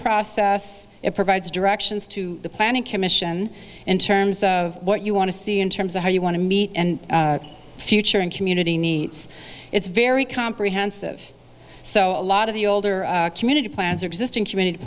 process it provides directions to the planning commission in terms of what you want to see in terms of how you want to meet and future and community needs it's very comprehensive so a lot of the older community plans existing comm